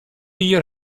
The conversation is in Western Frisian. jier